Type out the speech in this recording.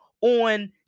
on